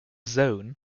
zone